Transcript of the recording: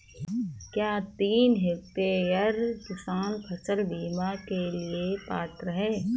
क्या तीन हेक्टेयर वाला किसान फसल बीमा के लिए पात्र हैं?